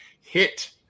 hit